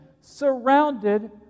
surrounded